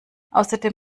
außerdem